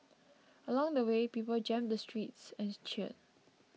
along the way people jammed the streets and cheered